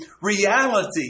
reality